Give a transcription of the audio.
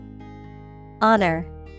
Honor